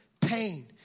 pain